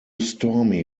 stormy